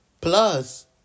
plus